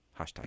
hashtag